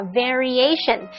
variation，